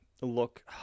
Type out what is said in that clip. look